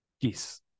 Yes